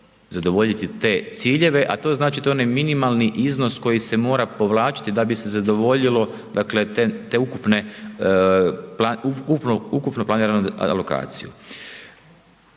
zadovoljiti te ciljeve a to znači, to je onaj minimalni iznos koji se mora povlačiti da bi se zadovoljilo tu ukupno planiranu alokaciju.